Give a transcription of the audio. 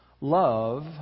love